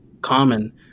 common